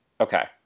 Okay